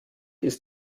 ist